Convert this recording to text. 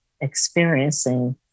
experiencing